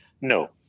No